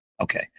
Okay